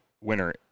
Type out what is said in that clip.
winner